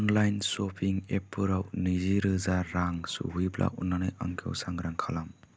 online shopping एपफोराव नैजि रोजा रां सहैब्ला अन्नानै आंखौ सांग्रां खालाम